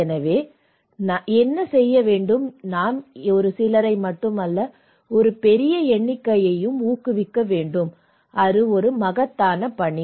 எனவே நாம் என்ன செய்ய வேண்டும் நாம் ஒரு சிலரை மட்டுமல்ல ஒரு பெரிய எண்ணிக்கையையும் ஊக்குவிக்க வேண்டும் அது ஒரு மகத்தான பணி